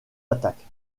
attaque